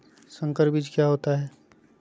संकर बीज क्या होता है?